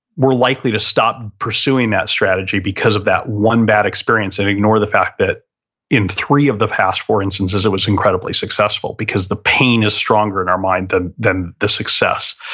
we're likely to stop pursuing that strategy because of that one bad experience and ignore the fact that in three of the past four instances, it was incredibly successful, because the pain is stronger in our mind than than the success.